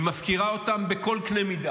היא מפקירה אותם בכל קנה מידה,